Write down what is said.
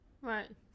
Right